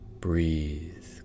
breathe